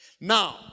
Now